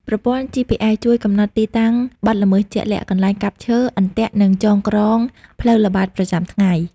ប្រព័ន្ធ GPS ជួយកំណត់ទីតាំងបទល្មើសជាក់លាក់ កន្លែងកាប់ឈើ អន្ទាក់ និងចងក្រងផ្លូវល្បាតប្រចាំថ្ងៃ។